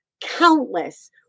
countless